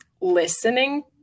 listening